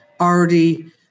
already